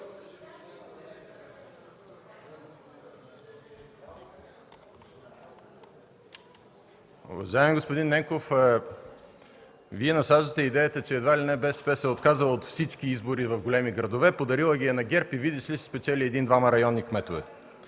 Уважаеми господин Ненков, Вие насаждате идеята, че едва ли не БСП се е отказала от всички избори в големи градове, подарила ги е на ГЕРБ и виждате ли, сте спечелили един-двама районни кметове.